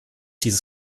dieses